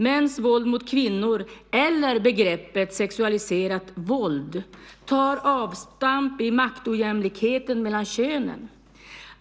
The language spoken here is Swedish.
Mäns våld mot kvinnor, eller begreppet sexualiserat våld, tar avstamp i maktojämlikheten mellan könen.